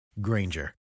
Granger